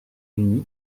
unis